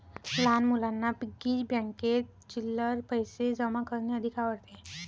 लहान मुलांना पिग्गी बँकेत चिल्लर पैशे जमा करणे अधिक आवडते